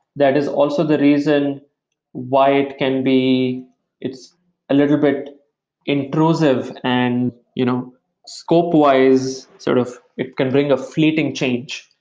that is also the reason why it can be it's a little bit intrusive and you know scope-wise, sort of it can bring a fleeting change,